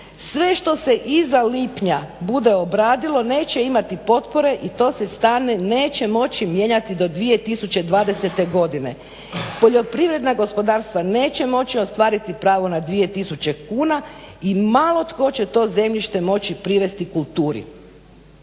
Sve što se iza lipnja bude obradilo neće imati potpore i to se neće moći mijenjati do 2020. godine. Poljoprivredna gospodarstva neće moći ostvariti pravo na 2 tisuće kuna i malo tko će to zemljište moći privesti kulturi.